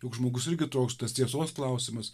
juk žmogus irgi trokšta tas tiesos klausimas